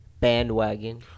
Bandwagon